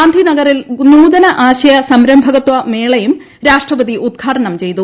ഗാന്ധി നഗറിൽ നൂതന ആശയ സംരംഭകത്വ മേളയും രാഷ്ട്രപതി ഉദ്ഘാടനം ചെയ്തു